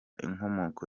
inkomoko